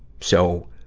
so,